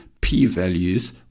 p-values